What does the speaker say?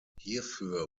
hierfür